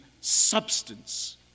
substance